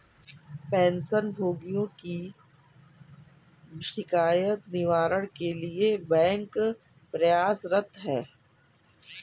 pension भोगियों की शिकायत निवारण के लिए बैंक प्रयासरत है